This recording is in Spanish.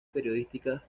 periodísticas